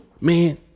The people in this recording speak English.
Man